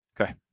Okay